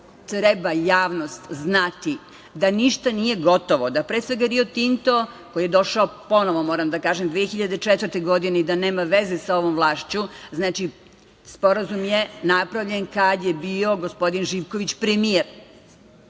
treba javnost znati da ništa nije gotovo, da pre svega Rio Tinto koji je došao ponovo, moram da kažem, 2004. godine i da nema veze sa ovom vlašću. Znači, sporazum je napravljen kada je bio gospodin Živković premijer.